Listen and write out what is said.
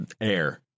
air